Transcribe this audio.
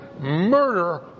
murder